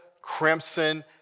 Crimson